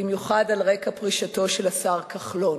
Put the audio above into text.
במיוחד על רקע פרישתו של השר כחלון.